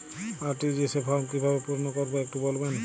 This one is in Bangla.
আর.টি.জি.এস ফর্ম কিভাবে পূরণ করবো একটু বলবেন?